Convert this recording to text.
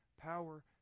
power